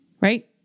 right